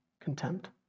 contempt